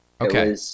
Okay